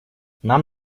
нам